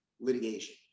litigation